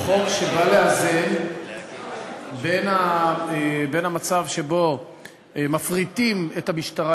הוא חוק שבא לאזן בין המצב שבו מפריטים את המשטרה